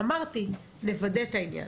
אמרתי, אנחנו כן נוודא את העניין.